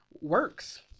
works